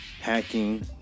hacking